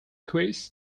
quiz